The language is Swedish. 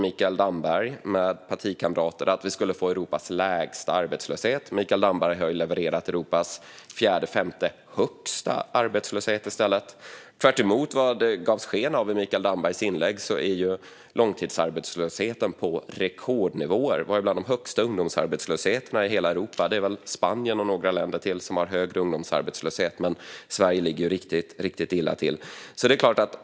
Mikael Damberg med partikamrater lovade att vi skulle få Europas lägsta arbetslöshet. Mikael Damberg har i stället levererat Europas fjärde eller femte högsta arbetslöshet. Tvärtemot vad det gavs sken av i Mikael Dambergs inlägg är långtidsarbetslösheten på rekordnivåer. Vi har bland de högsta ungdomsarbetslösheterna i hela Europa. Det är väl Spanien och några länder till som har högre ungdomsarbetslöshet, men Sverige ligger riktigt illa till.